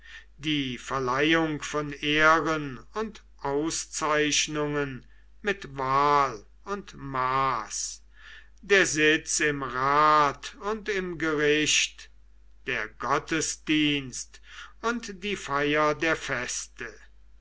die verleihung von ehren und auszeichnungen mit wahl und maß der sitz im rat und im gericht der gottesdienst und die feier der feste